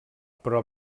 però